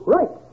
Right